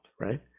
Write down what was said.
right